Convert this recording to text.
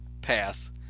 pass